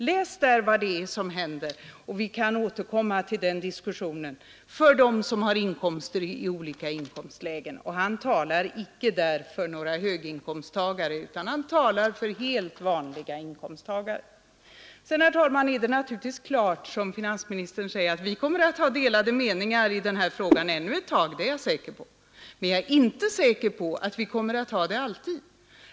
Läs där vad som händer — vi kan återkomma till den diskussionen — för dem som har inkomster i olika inkomstlägen. Han talade inte för några höginkomsttagare utan för helt vanliga inkomsttagare. Sedan, herr talman, är det klart som finansministern säger att vi kommer att ha delade meningar i denna fråga ännu ett tag. Det är jag säker på. Men jag är inte säker på att vi kommer att ha det alltid.